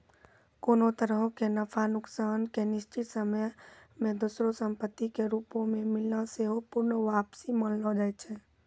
कोनो तरहो के नफा नुकसान के निश्चित समय मे दोसरो संपत्ति के रूपो मे मिलना सेहो पूर्ण वापसी मानलो जाय छै